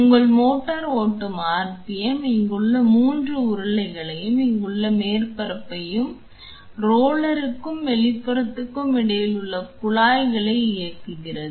உங்கள் மோட்டார் ஓட்டும் RPM இங்குள்ள 3 உருளைகளையும் இங்குள்ள மேற்பரப்பையும் ரோலருக்கும் வெளிப்புறத்திற்கும் இடையில் உள்ள குழாய்களை இயக்குகிறது